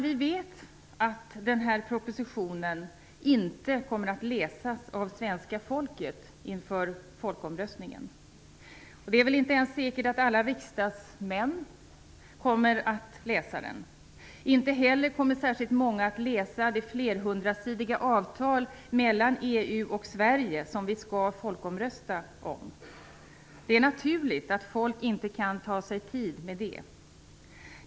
Vi vet att denna proposition inte kommer att läsas av svenska folket inför folkomröstningen. Det är väl inte ens säkert att alla riksdagsmän kommer att läsa den. Inte heller kommer särskilt många att läsa det flerhundrasidiga avtal mellan EU och Sverige som vi skall folkomrösta om. Det är naturligt att folk inte kan ta sig tid med det.